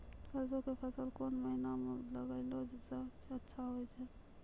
सरसों के फसल कोन महिना म लगैला सऽ अच्छा होय छै?